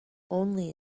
only